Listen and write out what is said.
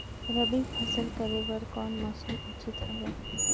रबी फसल करे बर कोन मौसम उचित हवे?